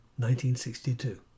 1962